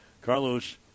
Carlos